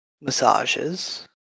massages